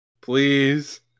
Please